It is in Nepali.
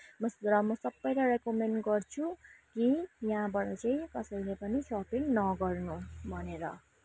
र म सबैलाई रेकमेन्ड गर्छु कि यहाँबाट चाहिँ कसैले पनि सपिङ नगर्नु भनेर